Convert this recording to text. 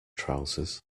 trousers